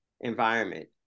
environment